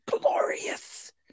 glorious